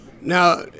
now